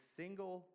single